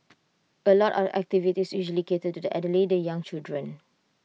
A lot of activities usually cater to the elderly the young children